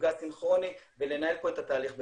מפגש סינכרוני ולנהל פה את התהליך במקביל.